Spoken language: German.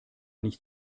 nicht